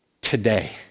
today